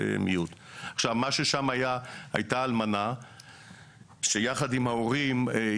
כשאתה מדבר על הסכמה מפורשת,